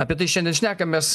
apie tai šiandien šnekamės